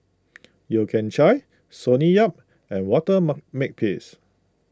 Yeo Kian Chai Sonny Yap and Walter Mark Makepeace